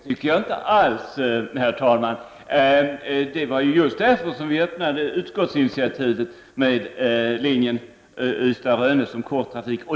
Herr talman! Nej, det tycker jag inte alls. Det var just därför som vi tog upp frågan om utskottsinitiativ beträffande linjen Ystad Rönne som kort trafik.